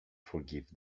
forgive